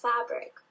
fabric